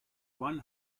one